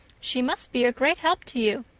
she must be a great help to you.